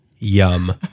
Yum